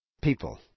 people